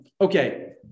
Okay